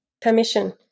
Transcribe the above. permission